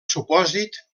supòsit